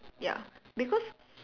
ya because